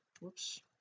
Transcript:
whoops